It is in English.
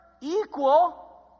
equal